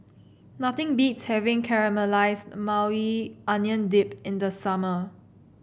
nothing beats having Caramelized Maui Onion Dip in the summer